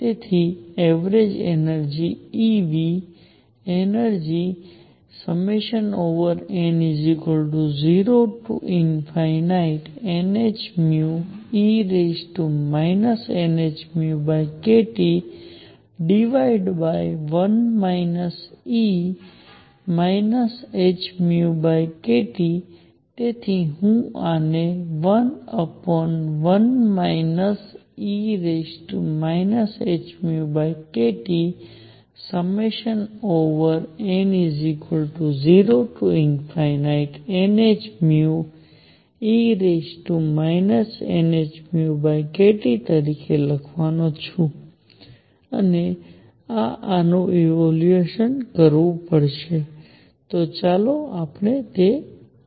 તેથી average energy E energy n0nhνe nhνkT1 e hνkT તેથી હું આને 11 e hνkTn0nhνe nhνkT તરીકે લખવાનો છું અને મારે આનું ઈવેલ્યુએટ કરવું પડશે ચાલો આપણે તે કરીએ